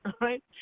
right